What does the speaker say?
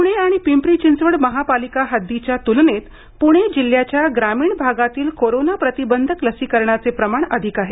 पुणे आणि पिंपरी चिंचवड महापालिका हद्दीच्या तुलनेत पुणे जिल्ह्याच्या ग्रामीण भागातील कोरोना प्रतिबंधक लसीकरणाचे प्रमाण अधिक आहे